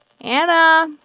Anna